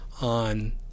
on